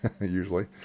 usually